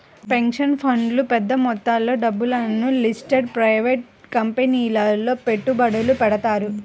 pension ఫండ్లు పెద్ద మొత్తంలో డబ్బును లిస్టెడ్ ప్రైవేట్ కంపెనీలలో పెట్టుబడులు పెడతారు